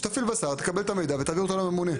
שתפעיל סעד תקבל את המידע ותעביר אותו לממונה.